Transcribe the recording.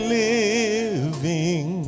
living